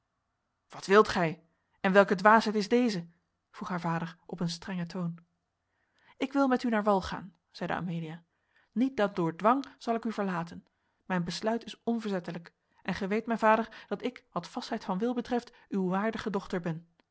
wat wilt gij en welke dwaasheid is deze vroeg haar vader op een strengen toon ik wil met u naar wal gaan zeide amelia niet dan door dwang zal ik u verlaten mijn besluit is onverzettelijk en gij weet mijn vader dat ik wat vastheid van wil betreft uw waardige dochter